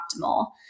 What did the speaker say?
optimal